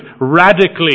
radically